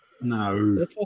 No